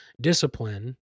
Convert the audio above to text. discipline